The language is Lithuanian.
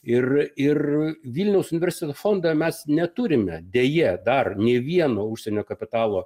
ir ir vilniaus universiteto fonde mes neturime deja dar nei vieno užsienio kapitalo